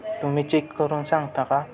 तुम्ही चेक करून सांगता का